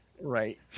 Right